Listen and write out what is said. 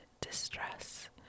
distress